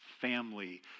family